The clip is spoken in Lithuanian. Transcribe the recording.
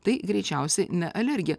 tai greičiausiai ne alergija